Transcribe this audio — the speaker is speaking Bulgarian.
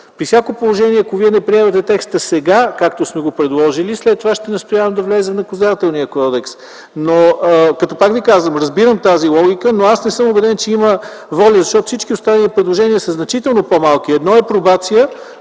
При всяко положение, ако вие не приемете текста сега, както сме го предложили, след това ще настоявам да влезе в Наказателния кодекс. Пак ви казвам, че разбирам тази логика, но аз не съм убеден, че имам воля. Защото всички останали предложения са значително по-малки – едно е пробация,